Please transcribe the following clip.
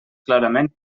clarament